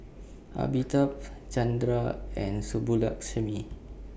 Amitabh Chandra and Subbulakshmi